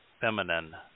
feminine